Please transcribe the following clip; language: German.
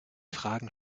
fragen